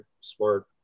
smart